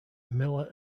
miller